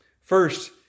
First